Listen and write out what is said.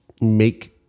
make